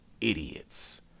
idiots